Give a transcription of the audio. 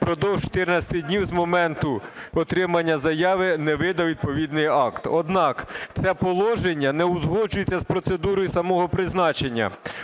впродовж 14 днів з моменту отримання заяви не видав відповідний акт. Однак, це положення не узгоджується з процедурою самого призначення,